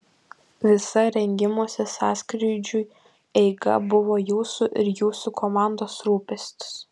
visa rengimosi sąskrydžiui eiga buvo jūsų ir jūsų komandos rūpestis